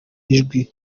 ijwi